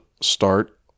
start